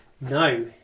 No